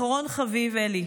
אחרון חביב, אלי.